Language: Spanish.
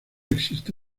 existe